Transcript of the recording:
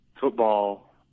football